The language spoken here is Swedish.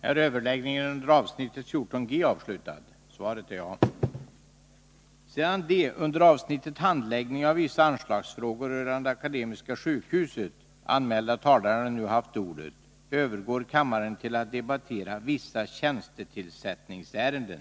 Sedan de under avsnittet Handläggningen av vissa anslagsfrågor rörande Akademiska sjukhuset anmälda talarna nu haft ordet övergår kammaren till att debattera Vissa tjänstetillsättningsärenden.